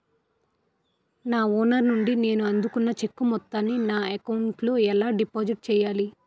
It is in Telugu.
నా ఓనర్ నుండి నేను అందుకున్న చెక్కు మొత్తాన్ని నా అకౌంట్ లోఎలా డిపాజిట్ చేయాలి?